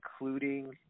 including